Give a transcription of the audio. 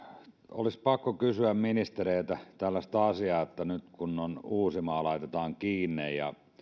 olisi pakko kysyä ministereiltä tällaista asiaa että nyt kun uusimaa laitetaan kiinni mutta